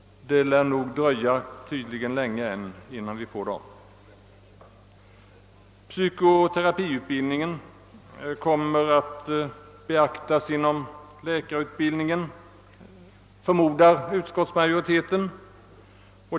Det lär dock tydligen ännu dröja länge innan vi får en sådan utbildning. Utskottsmajoriteten förmodar vidare att utbildningen i psykoterapi kommer att beaktas inom läkarutbildningen.